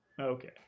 Okay